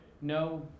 no